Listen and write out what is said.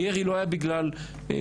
הירי לא היה בגלל מגדר,